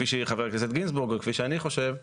כפי שחושב חבר הכנסת גינזבורג, וגם אני חושב כך,